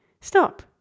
Stop